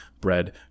bread